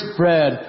bread